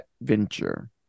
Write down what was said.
Adventure